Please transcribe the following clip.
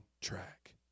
track